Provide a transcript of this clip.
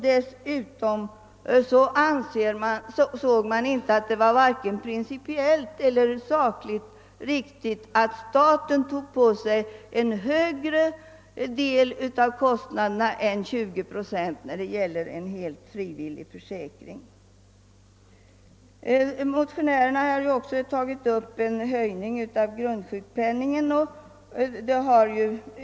Dessutom ansåg man det inte vare sig principiellt eller sakligt riktigt att staten tog på sig en högre del av kostnaderna än 20 procent för en helt frivillig försäkring. Motionärerna har också tagit upp frägan om en höjning av grundsjukpenningen.